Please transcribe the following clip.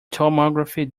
tomography